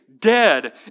dead